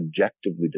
objectively